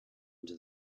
into